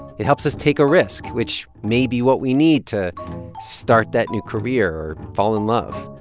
it helps us take a risk, which may be what we need to start that new career or fall in love.